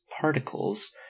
particles